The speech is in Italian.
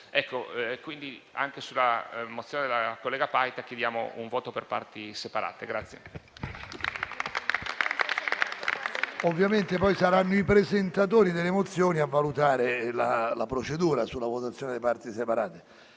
anche sulla mozione della collega Paita chiediamo un voto per parti separate.